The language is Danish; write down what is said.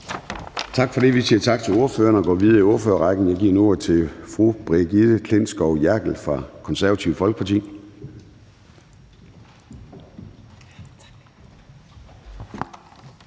Tak for det. Vi siger tak til ordføreren og går videre i ordførerrækken. Jeg giver nu ordet til fru Brigitte Klintskov Jerkel fra Det Konservative Folkeparti.